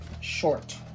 short